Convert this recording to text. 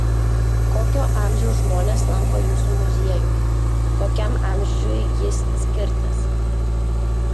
kokio amžiaus žmonės lanko jūsų muziejų kokiam amžiui jis skirtas